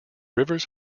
rivers